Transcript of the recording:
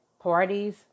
Parties